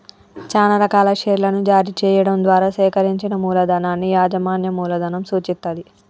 చానా రకాల షేర్లను జారీ చెయ్యడం ద్వారా సేకరించిన మూలధనాన్ని యాజమాన్య మూలధనం సూచిత్తది